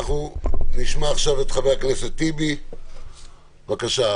נשמע עכשיו את חבר הכנסת טיבי, בבקשה.